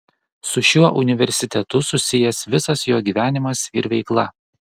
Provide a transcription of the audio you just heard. su šiuo universitetu susijęs visas jo gyvenimas ir veikla